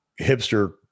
hipster